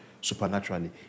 supernaturally